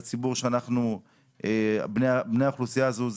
בני האוכלוסייה הזאת,